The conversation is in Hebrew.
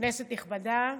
כנסת נכבדה,